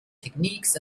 techniques